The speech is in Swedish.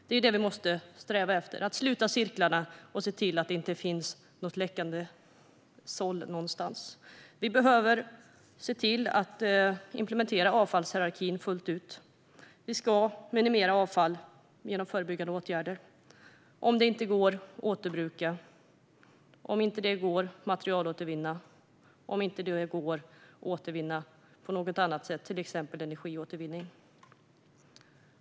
Det vi måste sträva efter är att sluta cirklarna och se till att det inte finns något läckande såll någonstans. Vi behöver implementera avfallshierarkin fullt ut. Vi ska minimera avfall genom förebyggande åtgärder, och om det inte går återbruka, och om det inte går materialåtervinna och om det inte går återvinna på något annat sätt, till exempel med energiåtervinning.